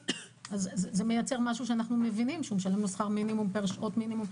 שה מייצר הבנה שהוא משלם לו שכר מינימום פר שעות מינימום.